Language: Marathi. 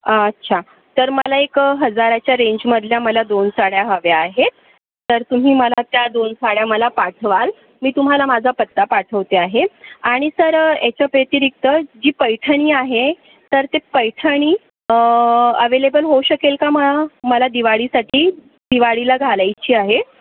अच्छा तर मला एक हजाराच्या रेंजमधल्या मला दोन साड्या हव्या आहेत तर तुम्ही मला त्या दोन साड्या मला पाठवाल मी तुम्हाला माझा पत्ता पाठवते आहे आणि सर याच्याव्यतिरिक्त जी पैठणी आहे तर ते पैठणी अवेलेबल होऊ शकेल का मला मला दिवाळीसाठी दिवाळीला घालायची आहे